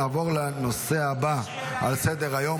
נעבור לנושא הבא על סדר-היום,